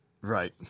Right